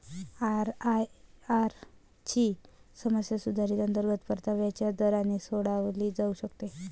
IRR ची समस्या सुधारित अंतर्गत परताव्याच्या दराने सोडवली जाऊ शकते